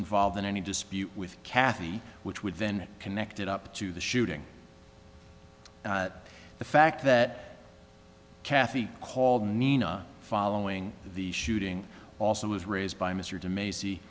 involved in any dispute with kathy which would then connect it up to the shooting and the fact that kathy called nina following the shooting also was raised by mr de macy